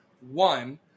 One